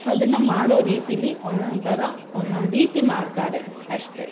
ಅದನ್ನು ಮಾಡೋ ರೀತಿಲಿ ಒಂದೊಂದು ಥರ ಒಂದೊಂದು ರೀತಿ ಮಾಡ್ತಾರೆ ಅಷ್ಟೇ